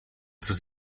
sus